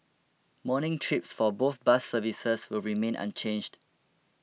morning trips for both bus services will remain unchanged